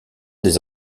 des